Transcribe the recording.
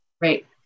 right